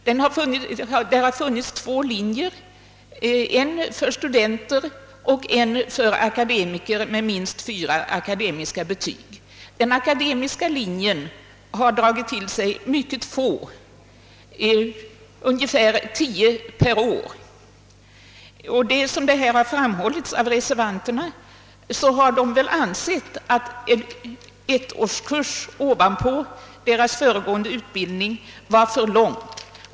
Det har funnits två linjer, en för studenter och en för akademiker med minst fyra akademiska betyg. Den akademiska linjen har dragit till sig mycket få studerande, ungefär tio per år. Som reservanterna har framhållit har de väl ansett att en ettårig kurs ovanpå föregående utbildning var för lång.